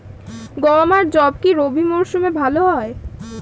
গম আর যব কি রবি মরশুমে ভালো হয়?